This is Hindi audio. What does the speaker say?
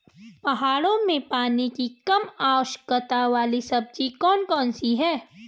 पहाड़ों में पानी की कम आवश्यकता वाली सब्जी कौन कौन सी हैं?